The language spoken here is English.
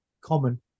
common